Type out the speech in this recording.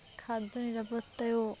খাদ্য নিরাপত্তায়েও